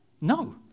No